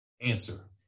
answer